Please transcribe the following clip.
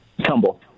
tumble